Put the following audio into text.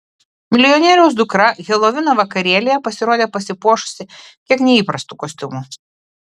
milijonieriaus dukra helovino vakarėlyje pasirodė pasipuošusi kiek neįprastu kostiumu